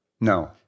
No